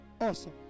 Awesome